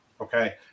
Okay